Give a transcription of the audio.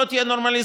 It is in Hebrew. לא תהיה נורמליזציה,